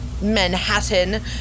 manhattan